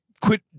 quit